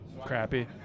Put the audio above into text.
crappy